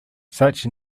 such